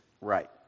right